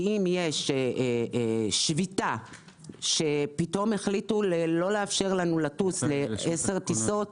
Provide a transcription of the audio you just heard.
אם יש שביתה שפתאום החליטו לא לאפשר לנו לטוס עשר טיסות,